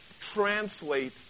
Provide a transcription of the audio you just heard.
translate